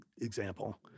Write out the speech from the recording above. example